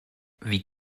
wie